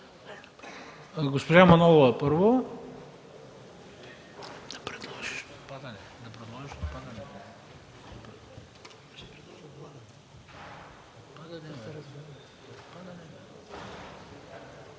Госпожа Манолова, първо.